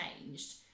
changed